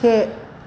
से